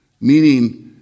meaning